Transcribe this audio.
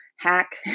hack